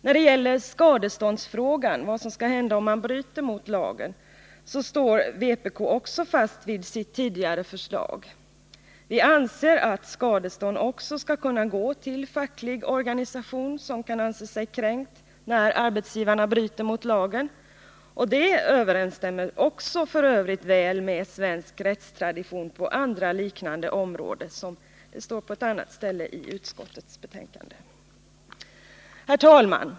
När det gäller skadeståndsfrågan — vad som skall hända om man bryter mot lagen — står vpk också fast vid sitt tidigare förslag: Vi anser att skadestånd skall kunna utgå till facklig organisation som kan anse sig kränkt när en arbetsgivare bryter mot lagen. Det överensstämmer f. ö. också väl med svensk rättstradition på andra liknande områden. Herr talman!